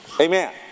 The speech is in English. Amen